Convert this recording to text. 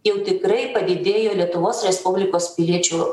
jau tikrai padidėjo lietuvos respublikos piliečių